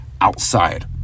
outside